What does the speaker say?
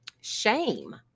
shame